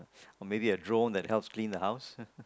or maybe a drone that helps clean the house